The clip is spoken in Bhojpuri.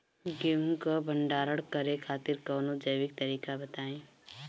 गेहूँ क भंडारण करे खातिर कवनो जैविक तरीका बताईं?